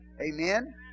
Amen